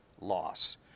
loss